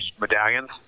medallions